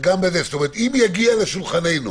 אם יגיע לשולחננו